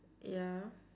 ya